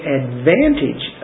advantage